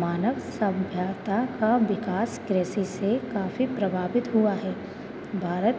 मानव सभ्यता का विकास कृषि से काफ़ी प्रभावित हुआ है भारत